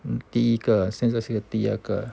嗯第一个现在是第二个